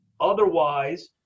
Otherwise